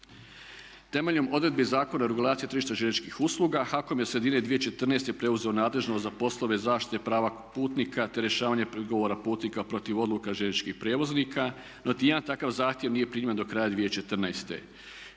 Temeljem odredbi Zakona o regulaciji tržišta željezničkih usluga HAKOM je od sredine 2014. preuzeo nadležnost za poslove zaštite prava putnika, te rješavanje prigovora putnika protiv odluka željezničkih prijevoznika. No, niti jedan takav zahtjev nije primljen do kraja 2014.